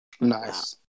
Nice